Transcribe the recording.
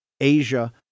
Asia